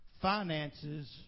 finances